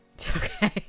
okay